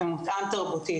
הוא מותאם תרבותית,